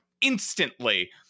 instantly